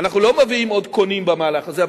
אנחנו לא מביאים עוד קונים במהלך הזה,